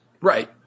Right